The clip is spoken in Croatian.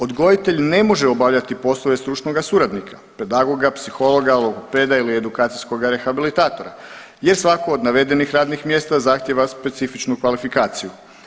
Odgojitelj ne može obavljati poslove stručnoga suradnika, pedagoga, psihologa, logopeda ili edukacijskoga rehabilitatora jer svako od navedenih radnih mjesta zahtjeva specifičnu kvalifikaciju.